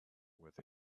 with